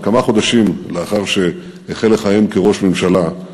כמה חודשים לאחר שהחל לכהן כראש ממשלה,